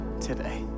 today